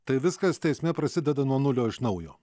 tai viskas teisme prasideda nuo nulio iš naujo